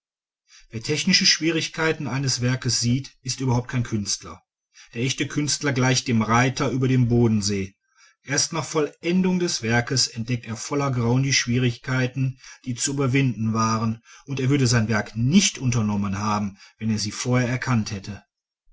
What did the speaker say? wer technische schwierigkeiten eines werkes sieht ist überhaupt kein künstler der echte künstler gleicht dem reiter über den bodensee erst nach vollendung des werkes entdeckt er voller grauen die schwierigkeiten die zu überwinden waren und er würde sein werk nicht unternommen haben wenn er sie vorher erkannt hätte